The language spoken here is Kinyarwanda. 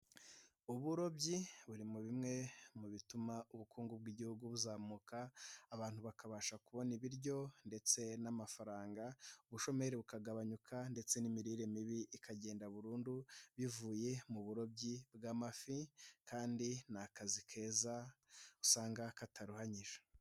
Uburobyi burimo bimwe mu bituma ubukungu bw'igihugu buzamuka, abantu bakabasha kubona ibiryo ndetse n'amafaranga, ubushomeri bukagabanyuka ndetse n'imirire mibi ikagenda burundu, bivuye mu burobyi bw'amafi kandi ni akazi keza, usanga kataruhanyije.